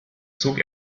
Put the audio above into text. zog